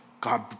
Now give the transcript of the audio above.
God